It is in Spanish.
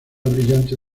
brillante